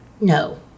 no